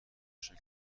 شکل